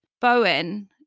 Bowen